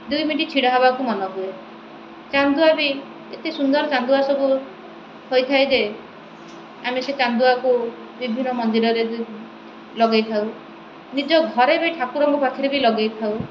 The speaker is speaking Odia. ଦୁଇ ମିନିଟ୍ ଛିଡ଼ା ହେବାକୁ ମନେ ହୁଏ ଚାନ୍ଦୁଆ ବି ଏତେ ସୁନ୍ଦର ଚାନ୍ଦୁଆ ସବୁ ହୋଇଥାଏ ଯେ ଆମେ ସେ ଚାନ୍ଦୁଆକୁ ବିଭିନ୍ନ ମନ୍ଦିରରେ ଲଗେଇଥାଉ ନିଜ ଘରେ ବି ଠାକୁରଙ୍କ ପାଖରେ ବି ଲଗେଇଥାଉ